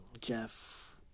Jeff